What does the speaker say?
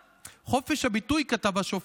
חופש הביטוי אינו היתר להמרדה,